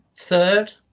Third